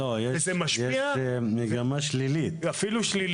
הכלכלה שלה